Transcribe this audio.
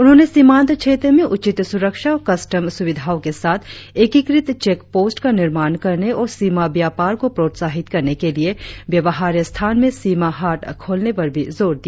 उन्होंने सीमांत क्षेत्र में उचित सुरक्षा और कस्टम सुविधाओं के साथ एकीकृत चेक पोस्ट का निर्माण करने और सीमा व्यापार को प्रोत्साहित करने के लिए व्यवहार्य स्थान में सीमा हाट खोलने पर भी जोर दिया